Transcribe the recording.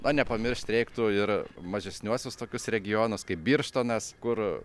na nepamiršt reiktų ir mažesniuosius tokius regionus kaip birštonas kur